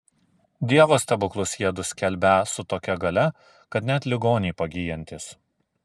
dievo stebuklus jiedu skelbią su tokia galia kad net ligoniai pagyjantys